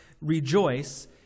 rejoice